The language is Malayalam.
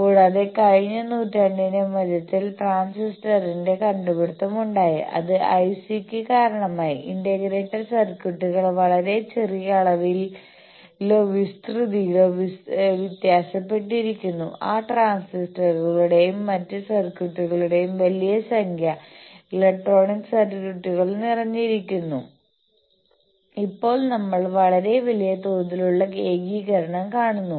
കൂടാതെ കഴിഞ്ഞ നൂറ്റാണ്ടിന്റെ മധ്യത്തിൽ ട്രാൻസിസ്റ്ററിന്റെ കണ്ടുപിടിത്തം ഉണ്ടായി അത് ഐസിക്ക് കാരണമായി ഇന്റഗ്രേറ്റഡ് സർക്യൂട്ടുകൾ വളരെ ചെറിയ അളവിലോ വിസ്തൃതിയിലോ വ്യത്യാസപ്പെട്ടിരിക്കുന്നു ആ ട്രാൻസിസ്റ്ററുകളുടെയും മറ്റ് സർക്യൂട്ടുകളുടെയും വലിയ സംഖ്യ ഇലക്ട്രോണിക് സർക്യൂട്ടറികൾ നിറഞ്ഞിരിക്കുന്നു ഇപ്പോൾ നമ്മൾ വളരെ വലിയ തോതിലുള്ള ഏകീകരണം കാണുന്നു